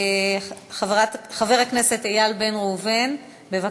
הצעות לסדר-היום מס'